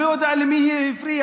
אני לא יודע למי היא הפריעה,